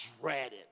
dreaded